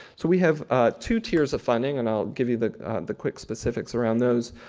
so we have two tiers of funding, and i'll give you the the quick specifics around those.